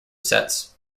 sets